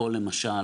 או, למשל,